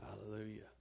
Hallelujah